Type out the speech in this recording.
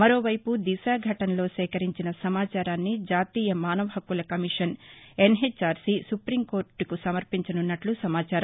మరో వైపు దిశ ఘటనలో సేకరించిన సమాచారాన్ని జాతీయ మానవ హక్కుల కమిషన్ ఎన్హెచ్ఆర్సీ సుపీంకోర్లుకు సమర్పించనున్నట్లు సమాచారం